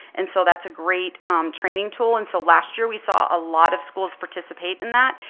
and so that's a great training tool. and so last year we saw a lot of schools participate in that.